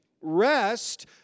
Rest